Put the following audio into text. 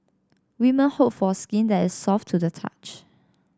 women hope for skin that is soft to the touch